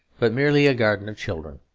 but merely a garden of children.